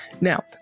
Now